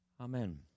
Amen